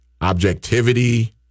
objectivity